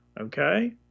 okay